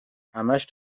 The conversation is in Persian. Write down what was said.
همش